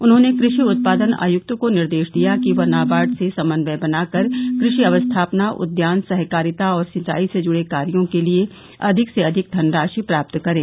उन्होंने कृषि उत्पादन आयुक्त को निर्देश दिया कि वह नाबार्ड से समन्वय बनाकर कृषि अवस्थापना उद्यान सहकारिता और सिंचाई से जुड़े कार्यो के लिये अधिक से अधिक धनराशि प्राप्त करें